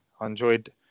enjoyed